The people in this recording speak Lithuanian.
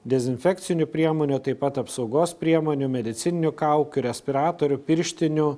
dezinfekcinių priemonių taip pat apsaugos priemonių medicininių kaukių respiratorių pirštinių